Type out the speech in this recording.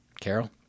Carol